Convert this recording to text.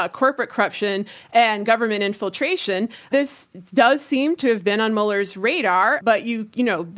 ah corporate corruption and government infiltration. this does seem to have been on mueller's radar, but you you know,